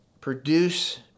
Produce